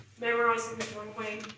memorizing is one way,